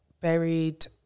buried